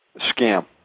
scam